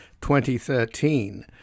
2013